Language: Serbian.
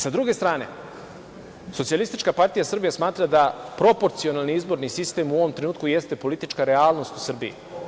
Sa druge strane, SPS smatra da proporcionalni izborni sistem u ovom trenutku jeste politička realnost u Srbiji.